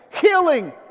healing